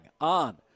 on